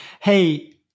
hey